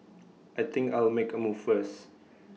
I think I'll make A move first